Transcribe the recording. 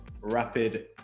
rapid